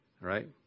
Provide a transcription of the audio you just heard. right